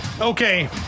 okay